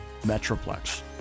metroplex